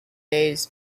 days